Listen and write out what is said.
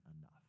enough